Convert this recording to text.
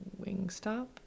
Wingstop